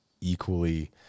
equally